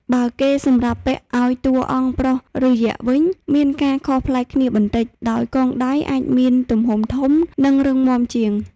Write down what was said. បើគេសម្រាប់ពាក់ឲ្យតួអង្គប្រុសឬយក្សវិញមានការខុសប្លែកគ្នាបន្តិច ដោយកងដៃអាចមានទំហំធំ និងរឹងមាំជាង។